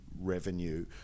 revenue